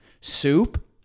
soup